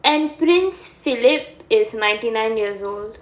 and prince philip is ninety nine years old